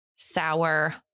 sour